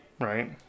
Right